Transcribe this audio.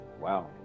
Wow